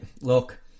look